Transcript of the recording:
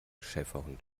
schäferhund